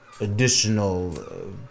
Additional